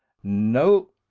no,